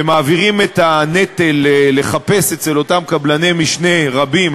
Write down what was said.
ומעבירים את הנטל לחפש אותם אצל קבלני משנה רבים,